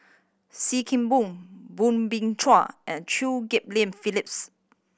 Sim Kee Boon Soo Bin Chua and Chew Get Lian Phyllis